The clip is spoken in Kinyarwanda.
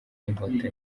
inkotanyi